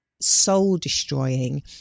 soul-destroying